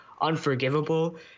unforgivable